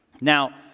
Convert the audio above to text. Now